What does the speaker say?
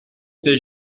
c’est